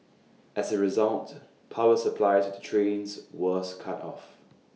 as A result power supply to the trains was cut off